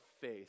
faith